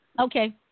Okay